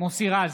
מוסי רז,